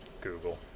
Google